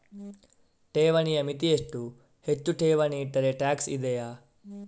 ಠೇವಣಿಯ ಮಿತಿ ಎಷ್ಟು, ಹೆಚ್ಚು ಠೇವಣಿ ಇಟ್ಟರೆ ಟ್ಯಾಕ್ಸ್ ಇದೆಯಾ?